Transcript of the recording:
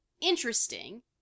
interesting